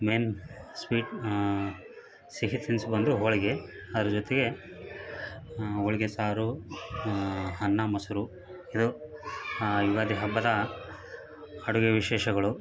main sweet ಸಿಹಿ ತಿನ್ಸು ಬಂದು ಹೋಳಿಗೆ ಅದ್ರ ಜೊತೆಗೆ ಹೋಳಿಗೆ ಸಾರು ಅನ್ನ ಮೊಸರು ಇದು ಯುಗಾದಿ ಹಬ್ಬದ ಅಡುಗೆ ವಿಶೇಷಗಳು